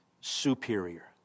superior